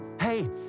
hey